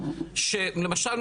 שלמשל,